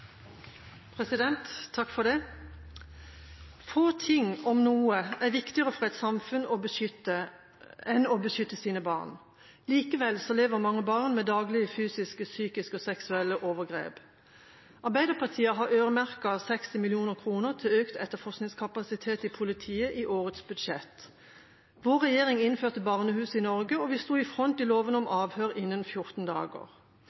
ting, om noe, er viktigere for et samfunn enn å beskytte sine barn. Likevel lever mange barn med daglige fysiske, psykiske og seksuelle overgrep. Arbeiderpartiet har øremerket 60 mill. kr til økt etterforskningskapasitet i politiet i årets budsjett. Vår regjering innførte Barnehus i Norge, og vi stod i front for loven om avhør innen 14 dager.